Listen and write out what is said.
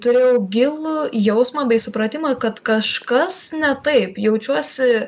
turėjau gilų jausmą bei supratimą kad kažkas ne taip jaučiuosi